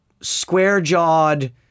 square-jawed